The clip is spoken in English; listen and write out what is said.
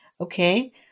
okay